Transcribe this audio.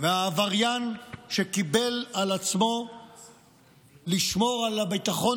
והעבריין שקיבל על עצמו לשמור על הביטחון